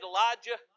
Elijah